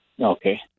Okay